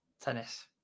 Tennis